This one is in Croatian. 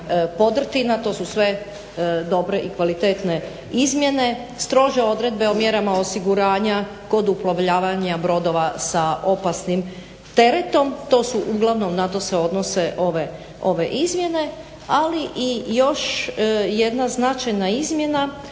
podrtina to su sve dobre i kvalitetne izmjene, strože odredbe o mjerama osiguranja kod uplovljavanja brodova sa opasnim teretom, to su uglavnom na to se odnose ove izmjene. Ali još jedna značajna izmjena,